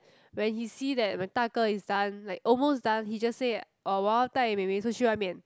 when he see that my 大哥 is done like almost done he just say that orh 我要带妹妹出去外面